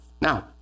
Now